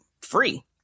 free